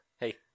Hey